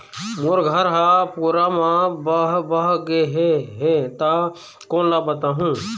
मोर घर हा पूरा मा बह बह गे हे हे ता कोन ला बताहुं?